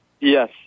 Yes